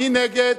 מי נגד?